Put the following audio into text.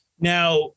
now